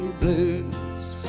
blues